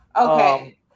Okay